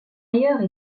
ailleurs